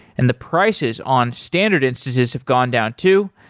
and the prices on standard instances have gone down too.